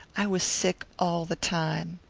i was sick all the time.